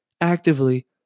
actively